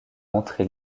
entrée